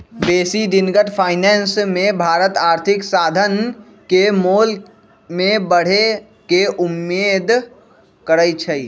बेशी दिनगत फाइनेंस मे भारत आर्थिक साधन के मोल में बढ़े के उम्मेद करइ छइ